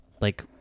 like-